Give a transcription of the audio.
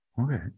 Okay